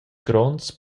gronds